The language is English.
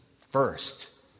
first